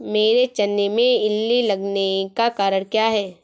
मेरे चने में इल्ली लगने का कारण क्या है?